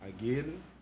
again